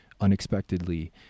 unexpectedly